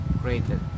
created